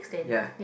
ya